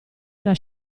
era